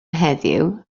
heddiw